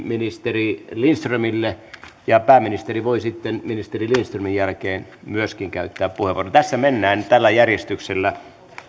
ministeri lindströmille ja pääministeri voi sitten ministeri lindströmin jälkeen käyttää puheenvuoron tässä mennään tällä järjestyksellä